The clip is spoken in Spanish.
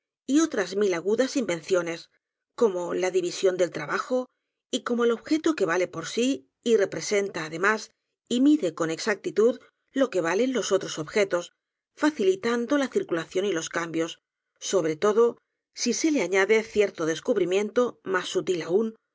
y otras mil agudas invenciones como la división del trabaj'o y como el objeto que vale por sí y representa además y mide con exactitud lo que valen los otros objetos facilitando la circu lación y los cambios sobre todo si se le añade cierto descubrimiento más sutil aún